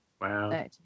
Wow